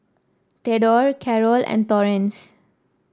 Thedore Carol and Torrence